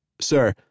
Sir